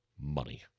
money